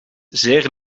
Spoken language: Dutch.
zeer